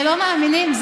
שלא מאמינים.